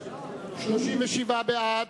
37 בעד,